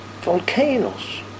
volcanoes